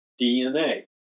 DNA